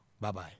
Bye-bye